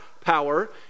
power